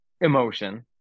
emotion